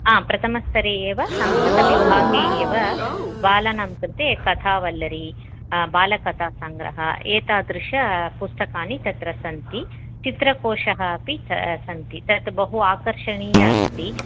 आं प्रथमस्तरे एव संस्कृतविभागे एव बालानां कृते कथावल्लरी बालकथासङ्ग्रहः एतादृशपुस्तकानि तत्र सन्ति चित्रकोशः अपि सन्ति तत् बहु आकर्षणीयम् अस्ति